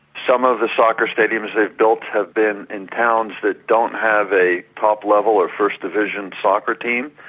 some of the soccer stadiums they've built have been in towns that don't have a top level or first division soccer team.